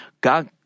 God